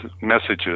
messages